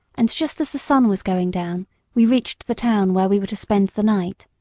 and just as the sun was going down we reached the town where we were to spend the night.